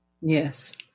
yes